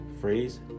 phrase